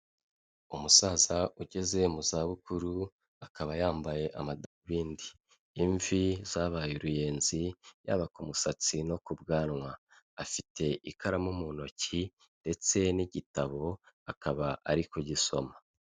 Umusaza ugeze mu zabukuru akaba yambaye amadarubindi, imvi zabaye uruyenzi yaba ku musatsi no ku bwanwa, afite ikaramu mu ntoki ndetse n'igitabo akaba ari kugisoma.